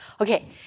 Okay